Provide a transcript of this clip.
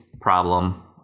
problem